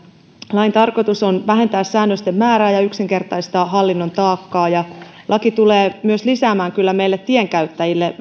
lain tarkoitus on vähentää säännösten määrää ja yksinkertaistaa hallinnon taakkaa ja laki tulee kyllä myös lisäämään vastuuta meille tienkäyttäjille